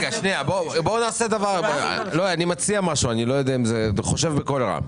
מציע משהו, אני חושב בקול רם.